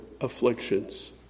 afflictions